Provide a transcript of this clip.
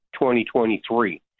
2023